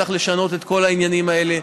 צריך לשנות את כל העניינים האלה.